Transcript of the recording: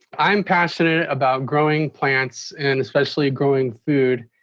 i'm passionate about growing plants and especially growing food.